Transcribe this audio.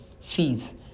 fees